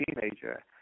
teenager